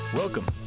Welcome